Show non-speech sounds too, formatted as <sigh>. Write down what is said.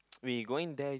<noise> we going there